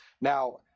Now